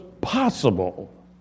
possible